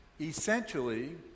Essentially